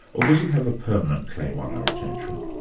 or does it have a permanent claim on our attention?